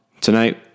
tonight